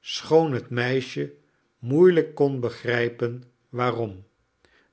schoon het meisje moeielykkon begrijpen waarom